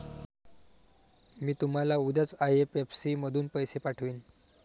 मी तुम्हाला उद्याच आई.एफ.एस.सी मधून पैसे पाठवीन